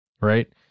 right